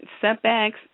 Setbacks